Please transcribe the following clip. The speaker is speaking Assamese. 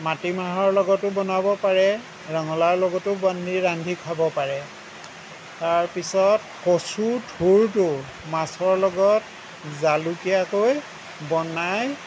মাটিমাহৰ লগতো বনাব পাৰে ৰঙালাওৰ লগতো ৰান্ধি খাব পাৰে তাৰ পিছত কচু থুৰটো মাছৰ লগত জালুকীয়াকৈ বনাই